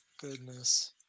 Goodness